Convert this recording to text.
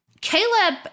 Caleb